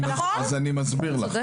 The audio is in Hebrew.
אני מסביר.